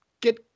get